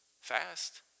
fast